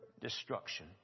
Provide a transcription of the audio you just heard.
destruction